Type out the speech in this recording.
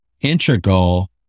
integral